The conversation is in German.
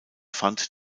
fand